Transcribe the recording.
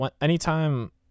anytime